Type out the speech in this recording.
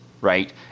right